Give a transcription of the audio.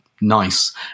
nice